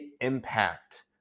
impact